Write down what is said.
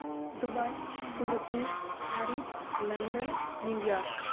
Dubai Singapore Paris London New York